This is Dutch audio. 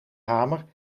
hamer